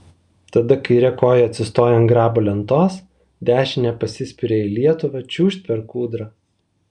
tada kaire koja atsistoja ant grabo lentos dešine pasispiria į lietuvą čiūžt per kūdrą